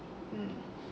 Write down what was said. mm